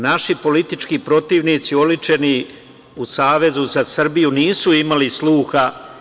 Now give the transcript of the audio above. Naši politički protivnici, oličeni u SZS nisu imali sluha.